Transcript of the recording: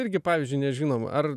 irgi pavyzdžiui nežinom ar